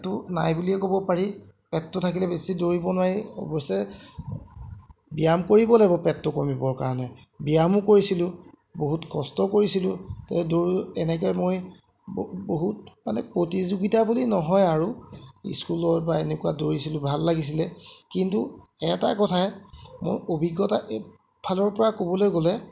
পেটটো নাই বুলিয়ে ক'ব পাৰি পেটটো থাকিলে বেছি দৌৰিব নোৱাৰি অৱশ্যে ব্যায়াম কৰিব লাগিব পেটটো কমিবৰ কাৰণে ব্যায়ামো কৰিছিলোঁ বহুত কষ্ট কৰিছিলোঁ এনেকৈ মই বহুত মানে প্ৰতিযোগিতা বুলি নহয় আৰু স্কুলত বা এনেকুৱা দৌৰিছিলোঁ ভাল লাগিছিলে কিন্তু এটা কথাই মোৰ অভিজ্ঞতা এফালৰপৰা ক'বলৈ গ'লে